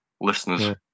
listeners